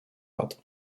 lat